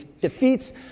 defeats